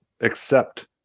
accept